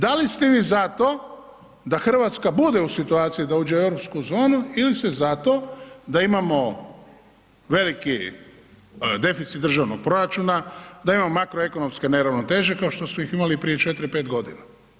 Da li ste vi za to da Hrvatska bude u situaciji da uđe u europsku zonu ili ste za to da imamo veliki deficit državnog proračuna, da imamo makroekonomske neravnoteže kao što su ih imali prije 4-5 godina?